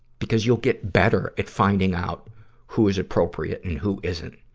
because you'll get better at finding out who is appropriate and who isn't.